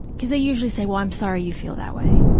because they usually say, well, i'm sorry you feel that way,